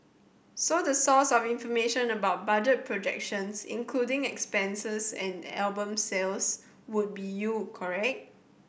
so the source of information about budget projections including expense and album sales would be you correct